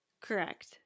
Correct